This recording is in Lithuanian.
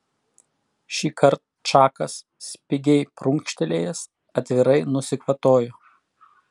šįkart čakas spigiai prunkštelėjęs atvirai nusikvatojo